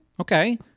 Okay